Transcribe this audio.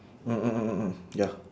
mm mm mm mm mm ya